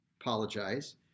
apologize